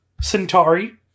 Centauri